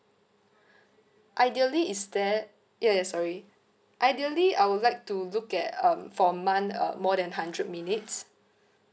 ideally is there ya ya sorry ideally I would like to look at um for a month um more than hundred minutes